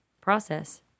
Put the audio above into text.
process